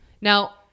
now